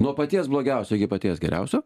nuo paties blogiausio iki paties geriausio